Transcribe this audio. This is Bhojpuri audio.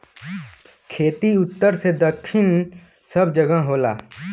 खेती उत्तर से दक्खिन सब जगह होला